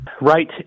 Right